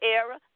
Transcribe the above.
era